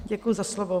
Děkuji za slovo.